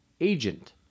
Agent